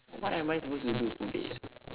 what am I supposed to do today ah